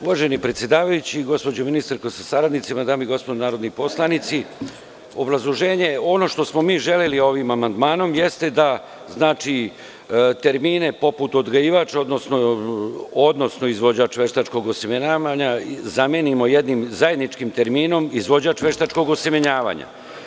Uvaženi predsedavajući, gospođo ministarko sa saradnicima, dame i gospodo narodni poslanici, ono što smo mi želeli ovim amandmanom jeste da termine poput odgajivač, odnosno izvođač veštačkog osemenjavanja zamenimo jednim zajedničkim terminom izvođač veštačkog osemenjavanja.